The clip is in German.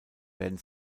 werden